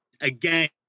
again